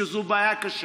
שזו בעיה קשה.